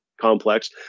complex